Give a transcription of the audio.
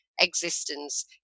existence